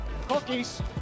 cookies